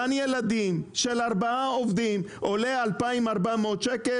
גן ילדים של ארבעה עובדים עולה 2,400 ₪.